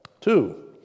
Two